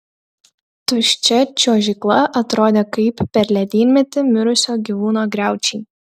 tuščia čiuožykla atrodė kaip per ledynmetį mirusio gyvūno griaučiai